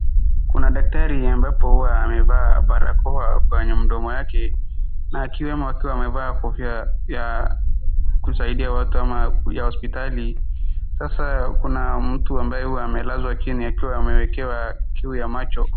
Kuna daktari ambapo amevaa barakoa kwenye mdomo yake, na akiwemo akiwa amevaa kofia ya kusaidia watu ama ya hospitali. Sasa kuna mtu ambaye huwa amelazwa chini akiwa amewekewa kiu ya macho.